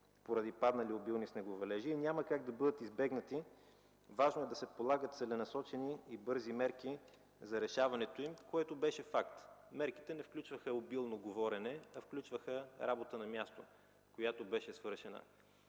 поради паднали обилни снеговалежи и няма как да бъдат избегнати. Важно е да се полагат целенасочени и бързи мерки за решаването им, което беше факт – мерките не включваха обилно говорене, а включваха работа на място, която беше свършена.